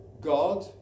god